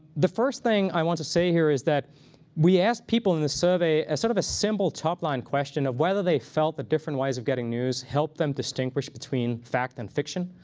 the first thing i want to say here is that we asked people in this survey as sort of a simple top-line question of whether they felt that different ways of getting news helped them distinguish between fact and fiction.